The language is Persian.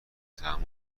تحمل